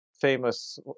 famous